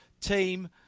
Team